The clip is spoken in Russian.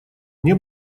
мне